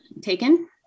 taken